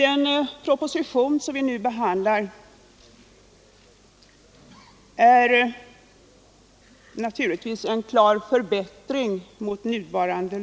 Den proposition som vi nu behandlar innebär en klart bättre lagstiftning än den nuvarande.